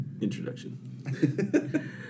introduction